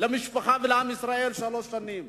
למשפחה ולעם ישראל שלוש שנים.